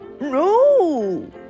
No